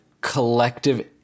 collective